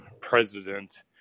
president